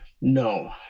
no